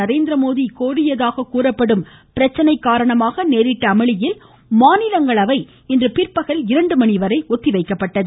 நரேந்திரமோடி கோரியதாக கூறப்படும் பிரச்சனை காரணமாக நேரிட்ட அமளியில் மாநிலங்களவை இன்று பிற்பகல் இரண்டு மணி வரை ஒத்திவைக்கப்பட்டது